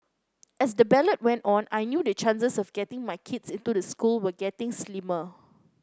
as the ballot went on I knew the chances of getting my kids into the school were getting slimmer